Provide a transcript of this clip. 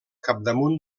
capdamunt